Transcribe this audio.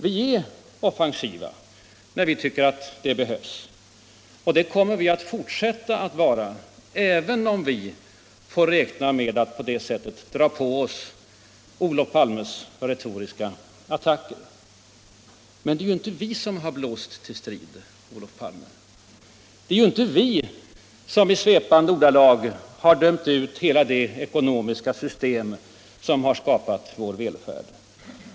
Vi är offensiva när vi tycker det behövs, och det kommer vi att fortsätta att vara även om vi får räkna med att på det här sättet dra på oss Olof Palmes retoriska attacker. Men det är ju inte vi som har blåst till strid, Olof Palme. Det är ju inte vi som i svepande ordalag har dömt ut hela det ekonomiska system som har skapat vår välfärd.